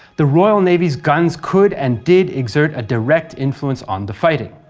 the royal navy's guns could and did exert a direct influence on the fighting.